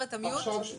בבקשה.